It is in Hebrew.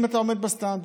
אם אתה עומד בסטנדרט.